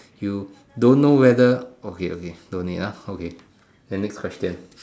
you don't know whether okay okay don't need ah okay then next question